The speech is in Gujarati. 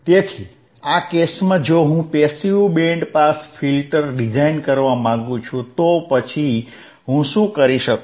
તેથી આ કેસમાં જો હું passive band pass filter design કરવા માંગુ છું તો પછી હું શું કરી શકું